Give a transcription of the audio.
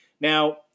Now